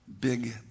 Big